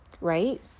right